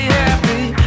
happy